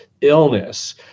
illness